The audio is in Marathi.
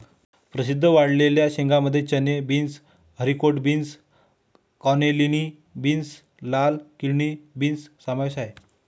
प्रसिद्ध वाळलेल्या शेंगांमध्ये चणे, beans, haricot beans, cannellini beans, लाल किडनी बीन्स समावेश आहे